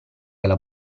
alla